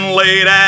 late